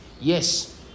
yes